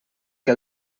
que